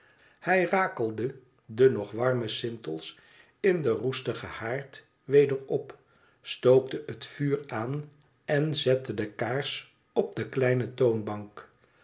hij rakelde de nog warme sintels in den roestigen haard weder op stookte het vuur aan en zette de kaars op de kleine toonbank